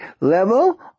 level